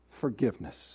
forgiveness